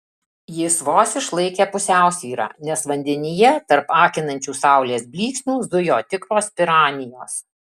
jis vos išlaikė pusiausvyrą nes vandenyje tarp akinančių saulės blyksnių zujo tikros piranijos